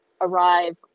arrive